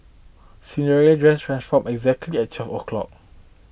Cinderella dress transformed exactly at twelve o'clock